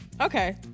Okay